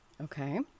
Okay